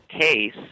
case